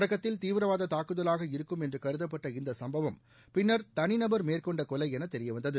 தொடக்கத்தில் தீவிரவாத தாக்குதலாக இருக்கும் என்று கருதப்பட்ட இந்த சம்பவம் பின்னர் தனிநபர் மேற்கொண்ட கொலை என தெரியவந்தது